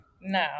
No